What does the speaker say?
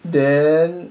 then